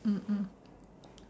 mm mm